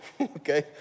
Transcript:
Okay